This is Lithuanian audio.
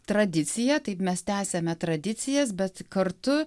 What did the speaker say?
tradicija taip mes tęsiame tradicijas bet kartu